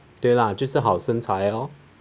对啦就是好身材 lor